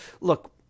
look